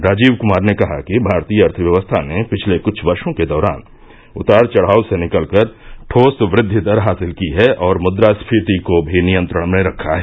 राजीव कुमार ने कहा कि भारतीय अर्थव्यवस्था ने पिछले कुछ वर्षों के दौरान उतार चढ़ाव से निकलकर ठोस वृद्विदर हासिल की है और मुद्रास्फीति को भी नियंत्रण में रखा है